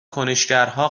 کنشگرها